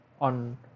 on